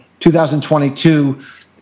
2022